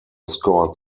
scored